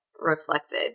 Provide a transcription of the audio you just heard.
reflected